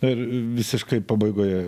na ir visiškai pabaigoje